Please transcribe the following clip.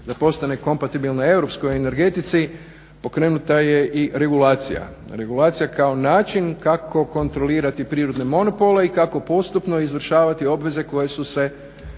da postane kompatibilna europskoj energetici, pokrenuta je i regulacija, regulacija kao način kako kontrolirati prirodne monopole i kako postupno izvršavati obveze koje su se nametale